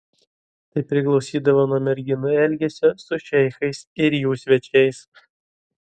tai priklausydavo nuo merginų elgesio su šeichais ir jų svečiais